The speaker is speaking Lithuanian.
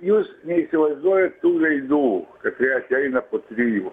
jūs neįsivaizduojat tų veidų katrie ateina po trijų